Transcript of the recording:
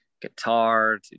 guitar